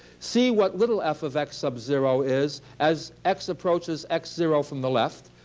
see what little f of x sub zero is as x approaches x zero from the left.